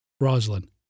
Rosalind